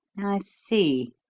i see.